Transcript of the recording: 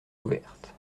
ouverte